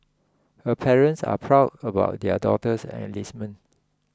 her parents are proud about their daughter's enlistment